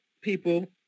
people